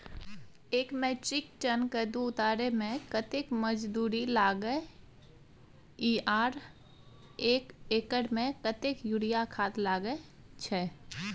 एक metric ton कद्दू उतारे में कतेक मजदूरी लागे इ आर एक एकर में कतेक यूरिया खाद लागे छै?